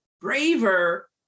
braver